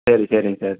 சரி சரிங்க சார்